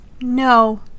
No